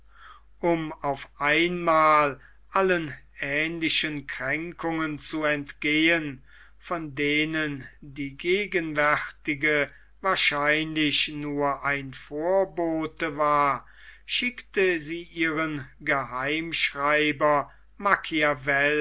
um auf einmal allen ähnlichen kränkungen zu entgehen von denen die gegenwärtige wahrscheinlich nur ein vorbote war schickte sie ihren